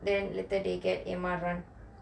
then later they get ஏமார்றன்:emarran